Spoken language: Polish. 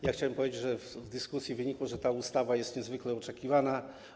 Ja chciałem powiedzieć, że w czasie dyskusji wynikło, że ta ustawa jest niezwykle oczekiwana.